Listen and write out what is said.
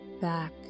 back